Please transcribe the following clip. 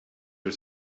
are